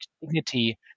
dignity